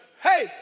hey